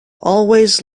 always